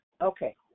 Okay